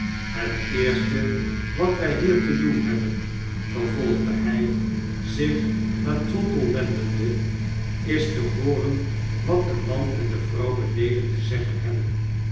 het eerste wat wy hier te doen hebben vervolgde hy zich naar trottle wendende is te hooren wat de man en de vrouw beneden te zeggen hebben